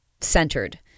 centered